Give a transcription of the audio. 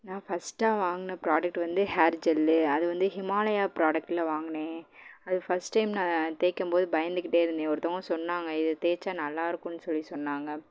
நான் ஃபர்ஸ்ட்டாக வாங்கின ப்ராடக்ட் வந்து ஹேர் ஜெல்லு அது வந்து ஹிமாலயா ப்ராடக்ட்ல வாங்கினேன் அது ஃபர்ஸ்ட் டைம் நான் தேய்க்கும் போது பயந்துக்கிட்டே இருந்தேன் ஒருத்தவங்க சொன்னாங்க இதை தேய்ச்சா நல்லாருக்கும்னு சொல்லி சொன்னாங்க